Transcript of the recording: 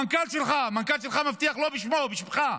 המנכ"ל שלך מבטיח לא בשמו, בשמך.